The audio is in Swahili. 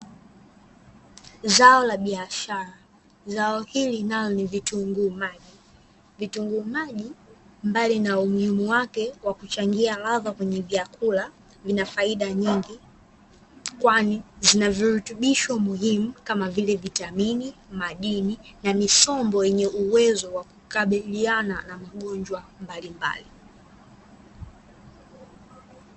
Zao la biashara, zao hili nalo ni vitunguu maji, vitunguu maji mbali na umuhimu wake wakuchangia radha kwenye vyakula, lina faida nyingi, kwani zina virutubisho muhimu kama vile vitamini, madini na misombo yenye uwezo wa wa kukabiliana na magonjwa mbalimbali.